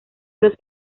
los